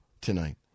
tonight